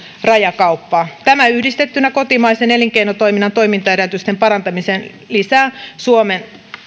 rajakauppaa tämä yhdistettynä kotimaisen elinkeinotoiminnan toimintaedellytysten parantamiseen lisää suomen